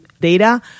data